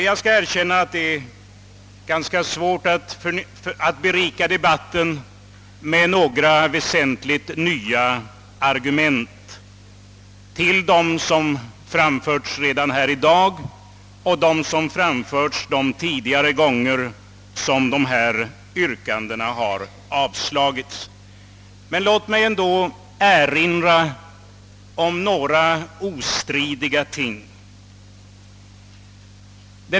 Jag skall erkänna att det är ganska svårt att berika debatten med några väsentligt nya argument utöver dem som redan har framförts i dag och dem som har framförts de tidigare gånger då dessa yrkanden har avslagits, men låt mig ändå erinra om några ostridiga ting.